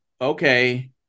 okay